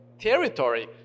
territory